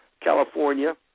California